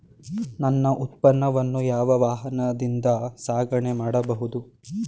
ನನ್ನ ಉತ್ಪನ್ನವನ್ನು ಯಾವ ವಾಹನದಿಂದ ಸಾಗಣೆ ಮಾಡಬಹುದು?